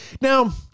Now